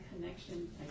connection